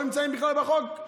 לא נמצאים בכלל בחוק.